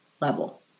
level